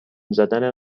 زدن